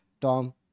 Tom